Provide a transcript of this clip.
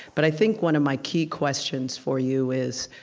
but i think one of my key questions for you is,